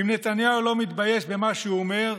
אם נתניהו לא מתבייש במה שהוא אומר,